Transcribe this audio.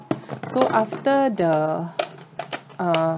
so after the uh